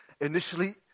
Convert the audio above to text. initially